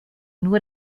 nur